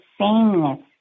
sameness